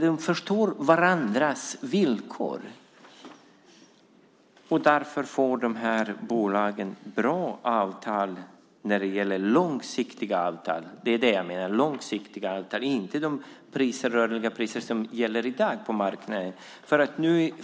De förstår varandras villkor, och därför får dessa bolag bra, långsiktiga avtal och inte de rörliga priser som i dag gäller på marknaden.